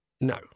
No